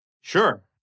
Sure